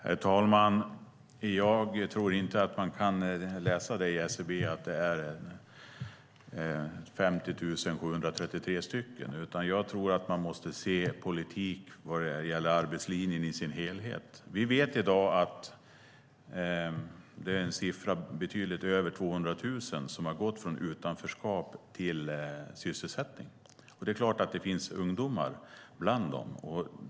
Herr talman! Jag tror inte att man kan läsa hos SCB att det är 50 733 personer, utan jag tror att man måste se politiken när det gäller arbetslinjen i sin helhet. Vi vet i dag att det är betydligt fler än 200 000 som har gått från utanförskap till sysselsättning. Det är klart att det finns ungdomar bland dem.